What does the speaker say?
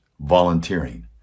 volunteering